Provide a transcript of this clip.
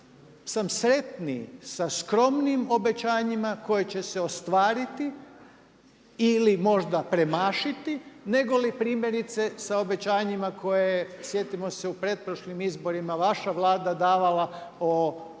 sam sretniji sa skromnim obećanjima koja će se ostvariti ili možda premašiti, negoli primjerice sa obećanjima koje sjetimo se u pretprošlim izborima vaša Vlada davala o otvaranju